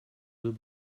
deux